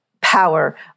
power